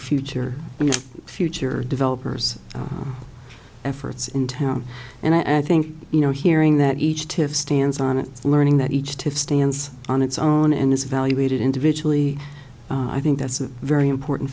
future and future developer's efforts in town and i think you know hearing that each tiffs stands on its learning that each to stands on its own and is evaluated individually i think that's a very important